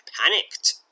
panicked